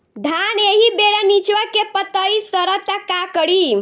धान एही बेरा निचवा के पतयी सड़ता का करी?